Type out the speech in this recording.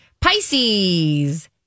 Pisces